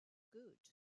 good